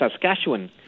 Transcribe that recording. Saskatchewan